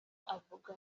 avuga